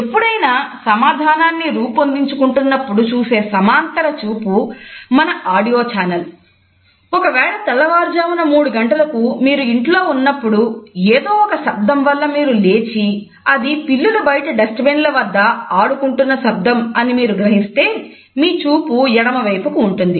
ఎప్పుడైనా సమాధానాన్ని రూపొందించుకుంటున్నప్పుడు చూసే సమాంతరచూపు మన ఆడియో ఛానల్ ల వద్ద ఆడుకుంటున్న శబ్దం అని మీరు గ్రహిస్తే మీ చూపు ఎడమవైపుకు ఉంటుంది